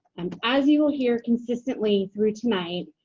and as you will hear consistently through tonight,